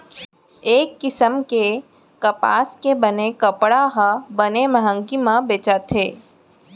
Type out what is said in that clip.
ए किसम के कपसा के बने कपड़ा ह बने मंहगी म बेचाथे